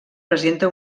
presenta